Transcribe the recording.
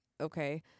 okay